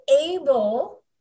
able